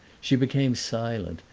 she became silent,